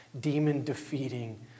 demon-defeating